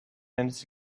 minutes